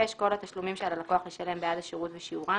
(6)כל התשלומים שעל הלקוח לשלם בעד השירות ושיעורם,